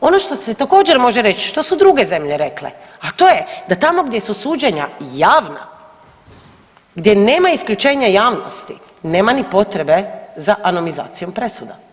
ono što se također može reć što su druge zemlje rekle, a to je da tamo gdje su suđenja javna, gdje nema isključenja javnosti, nema ni potrebe za anomizacijom presuda.